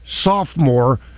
sophomore